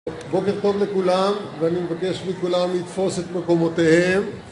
בוקר טוב לכולם, ואני מבקש מכולם לתפוס את מקומותיהם